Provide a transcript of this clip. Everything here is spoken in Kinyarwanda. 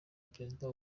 perezida